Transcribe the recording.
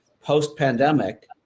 post-pandemic